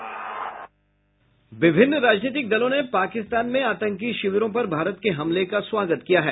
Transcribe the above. विभिन्न राजनीतिक दलों ने पाकिस्तान में आतंकी शिविरों पर भारत के हमले का स्वागत किया है